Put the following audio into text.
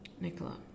Nicola